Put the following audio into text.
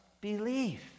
believe